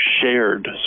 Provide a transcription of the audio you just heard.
shared